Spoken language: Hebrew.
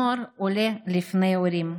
נוער עולה לפני הורים,